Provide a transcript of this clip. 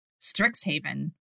Strixhaven